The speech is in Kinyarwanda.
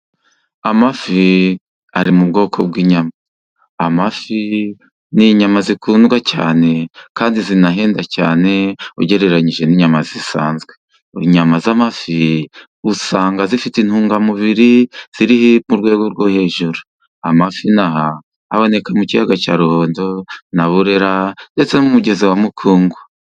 Amafi ari mu bwoko bw'inyama, amafi ni inyama zikundwa cyane kandi zinahenda cyane, ugereranyije n'inyama zisanzwe, inyama z'amafi usanga zifite intungamubiri ziri mu rwego rwo hejuru, amafi ino aha aboneka mu kiyaga cya Ruhondo na Burera ndetse n'umugezi wa Mukungwa.